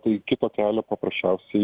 tai kito kelio paprasčiausiai